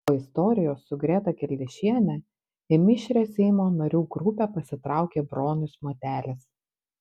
po istorijos su greta kildišiene į mišrią seimo narių grupę pasitraukė bronius matelis